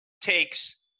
takes